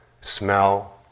smell